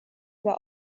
war